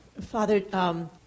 Father